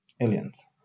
aliens